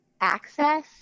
access